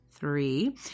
Three